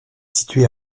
situé